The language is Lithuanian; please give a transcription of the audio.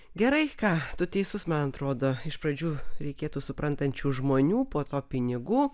gerai ką tu teisus man atrodo iš pradžių reikėtų suprantančių žmonių po to pinigų